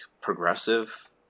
progressive